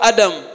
Adam